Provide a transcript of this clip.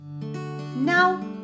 Now